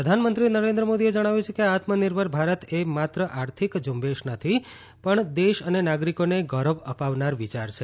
મન કી બાત પ્રધાનમંત્રી નરેન્દ્ર મોદીએ જણાવ્યું છે કે આત્મનિર્ભર ભારત એ માત્ર આર્થિક ઝુંબેશ નથી પણ દેશ અને નાગરિકોને ગૌરવ અપાવનાર વિયાર છે